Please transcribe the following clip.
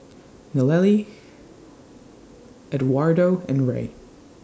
Nallely Edwardo and Rey